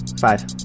five